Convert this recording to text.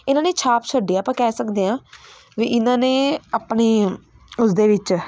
ਇਹਨਾਂ ਨੇ ਛਾਪ ਛੱਡੀ ਆਪਾਂ ਕਹਿ ਸਕਦੇ ਹਾਂ ਵੀ ਇਹਨਾਂ ਨੇ ਆਪਣੀ ਉਸ ਦੇ ਵਿੱਚ